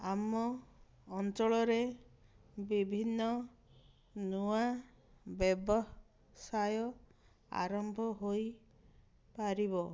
ଆମ ଅଞ୍ଚଳରେ ବିଭିନ୍ନ ନୂଆ ବ୍ୟବସାୟ ଆରମ୍ଭ ହୋଇପାରିବ